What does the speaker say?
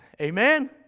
Amen